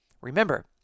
Remember